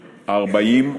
מדינית.